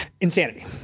Insanity